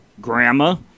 grandma